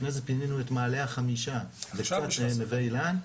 לפני זה פינינו את מעלה החמישה ונווה אילן,